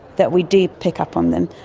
that we do pick up on them.